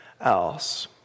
else